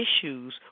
issues